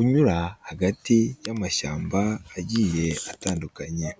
unyura hagati y'amashyamba agiye atandukanye.